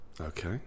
Okay